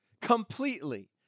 Completely